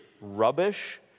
rubbish